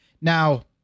now